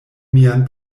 mian